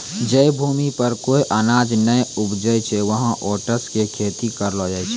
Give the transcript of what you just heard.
जै भूमि पर कोय अनाज नाय उपजै छै वहाँ ओट्स के खेती करलो जाय छै